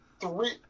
three